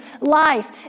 life